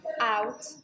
out